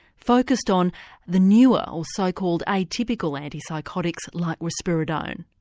focused on the newer or so-called atypical antipsychotics like risperidone.